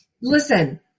Listen